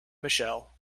michelle